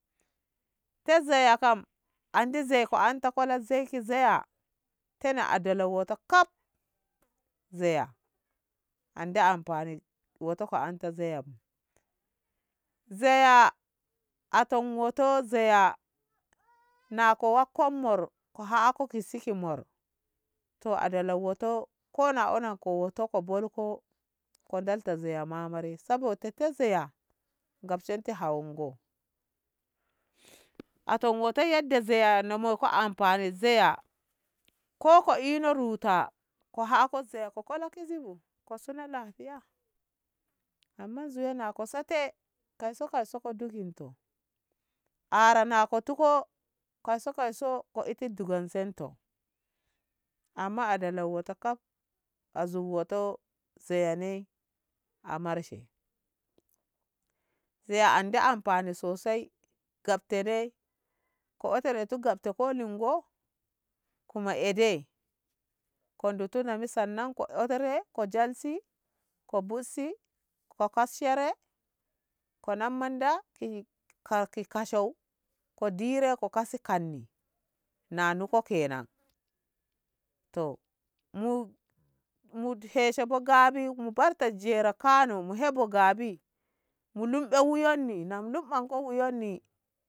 Te zeya kam andi zei ko anti kola zei ki zeya tena dela wo'oto kaf zeya andi amfani wo'oto ko anta zeya bu zeya aton wo'oto zeya na ko wakko mor ko ha'ako ki si ko mor to a dallo wo'oto ko na onan ko wo'oto ko bo kolko ko ndalta zeya ma bare sabo te zeya ngabsheti hawu bu ngo wo'oto yadda zeya na moi ko amfani zeya ko ko ina ruta ko ako zeya ko kol ki zi bu ko se na lahiya amma zoi na ko se te kai so kai so ko ndugun to ara na ko tuko kai so kai so ko iti ndugonzento amma a dena wo'oto kaf a zu wo'oto se ni a marshe se andi amfani sosai kafte ne ko e te re tu gabti ko lingo kuma e dai ko ndutu na mi sannan ko ko jalsi ko bussi ko kashshere ko nam manda ki- kaki kashau ko di rako ko ka si kanni na nu ko kenan to mu mu keshe bu gabi mu barta jera kano mu hebo gabi mu lunɓe wuyonni an mu lumɓanko wuyonni.